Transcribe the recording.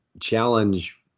challenge